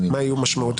מה תהיה משמעותה.